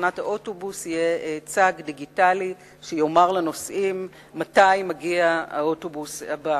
בתחנת האוטובוס יהיה צג דיגיטלי שיאמר לנוסעים מתי מגיע האוטובוס הבא.